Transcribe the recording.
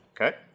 Okay